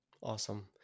Awesome